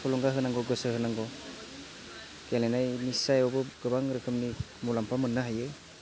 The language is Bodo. थुलुंगा होनांगौ गोसो होनांगौ गेलेनायनि सायावबो गोबां रोखोमनि मुलाम्फा मोननो हायो